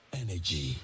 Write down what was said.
energy